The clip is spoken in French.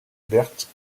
berthe